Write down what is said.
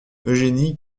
eugénie